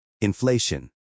inflation